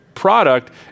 product